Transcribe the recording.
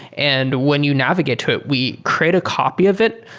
and when you navigate to it, we create a copy of it.